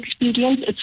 experience